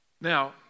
Now